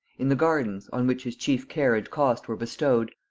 in the gardens, on which his chief care and cost were bestowed,